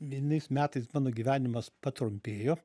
vienais metais mano gyvenimas patrumpėjo